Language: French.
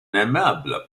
aimable